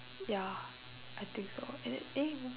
ya I think so and then eh